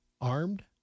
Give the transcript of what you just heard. Armed